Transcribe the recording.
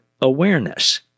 awareness